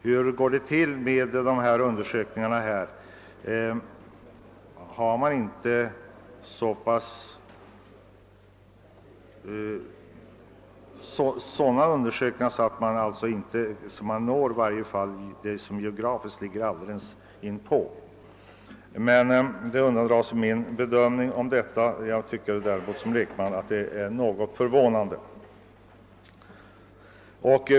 Hur går undersökningarna egentligen till? Har man inte gjort undersökningarna så, att de omfattar även de områden som ligger alldeles intill? Detta undandrar sig mitt bedömande, men jag tycker som lekman att det är något förvånande.